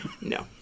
No